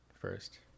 first